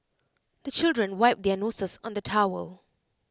the children wipe their noses on the towel